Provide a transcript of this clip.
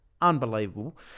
Unbelievable